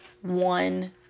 one